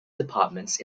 departments